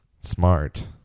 smart